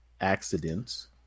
accidents